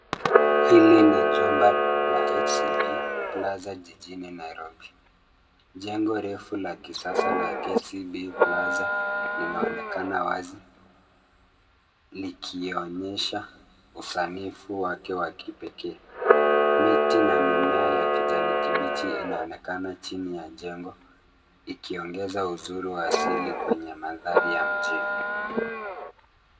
Hili ni jumba la KCB Plaza jijini Nairobi. Jengo refu la kisasa la KCB Plaza linaonekana wazi likionyesha usanifu wake wa kipekee. Miti na mimea ya kijani kibichi inaonekana chini ya jengo, ikiongeza uzuri wa asili kwenye mandhari ya mjini.